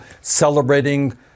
celebrating